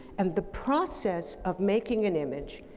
and the process of making an image,